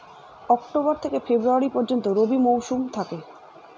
October থেকে February পর্যন্ত রবি মৌসুম থাকে